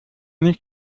nicht